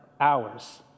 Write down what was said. hours